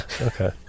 okay